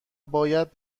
باید